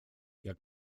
jak